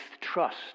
trust